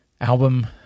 album